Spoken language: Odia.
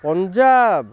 ପଞ୍ଜାବ